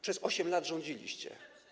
Przez 8 lat rządziliście.